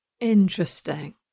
Interesting